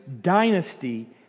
dynasty